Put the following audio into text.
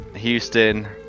Houston